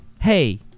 hey